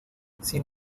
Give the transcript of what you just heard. sin